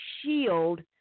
shield